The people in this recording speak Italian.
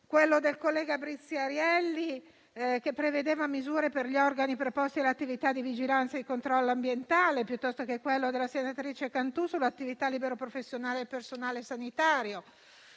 quello del collega Briziarielli, che prevedeva misure per gli organi preposti all'attività di vigilanza e controllo ambientale, o quello della senatrice Cantù sull'attività libero professionale del personale sanitario.